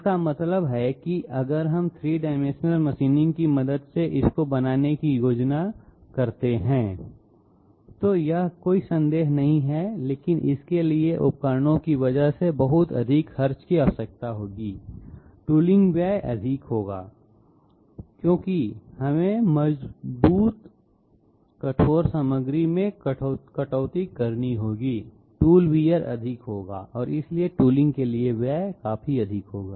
इसका मतलब है कि अगर हम 3 डाइमेंशनल मशीनिंग की मदद से इनको बनाने की योजना बनाते हैं तो यह कोई संदेह नहीं है लेकिन इसके लिए उपकरणों की वजह से बहुत अधिक खर्च की आवश्यकता होगी टूलींग व्यय अधिक होगा क्योंकि हमें मजबूत कठोर सामग्री में कटौती करनी होगी टूल वियर अधिक होगा और इसलिए टूलींग के लिए व्यय काफी अधिक होगा